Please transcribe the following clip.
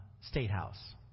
Statehouse